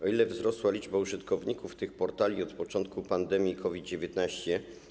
O ile wzrosła liczba użytkowników tych portali od początku pandemii COVID-19?